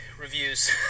reviews